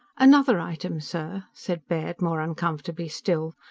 another item, sir, said baird more uncomfortably still.